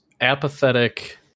apathetic